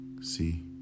see